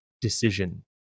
decision